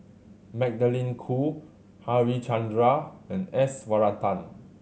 Magdalene Khoo Harichandra and S Varathan